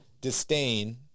disdain